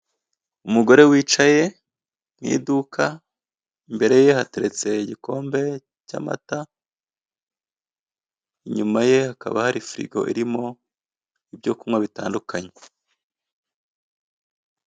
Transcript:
Umugore wicaye mu iduka, imbere ye hateretse igikombe cy'amata, inyuma ye hakaba hari firigo irimo ibyo kunywa bitandukanye.